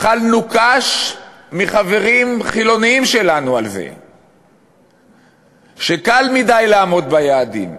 אכלנו קש מחברים חילונים שלנו על זה שקל מדי לעמוד ביעדים.